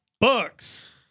Books